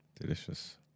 Delicious